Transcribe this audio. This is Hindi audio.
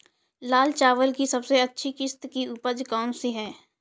लाल चावल की सबसे अच्छी किश्त की उपज कौन सी है?